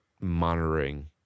monitoring